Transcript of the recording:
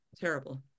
terrible